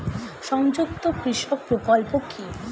সংযুক্ত কৃষক প্রকল্প কি?